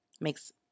makes